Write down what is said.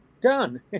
done